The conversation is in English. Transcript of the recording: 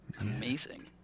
Amazing